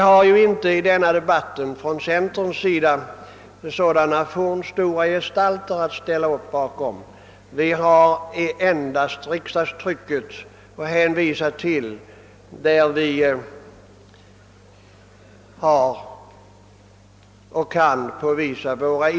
— Från centerns sida kan vi inte föra fram sådana fornstora gestalter — vi har endast möjlighet att åberopa riksdagstrycket, där våra initiativ kan påvisas.